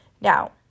now